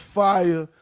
fire